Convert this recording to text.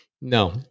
No